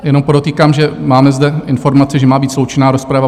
Jenom podotýkám, že máme zde informaci, že má být sloučena rozprava.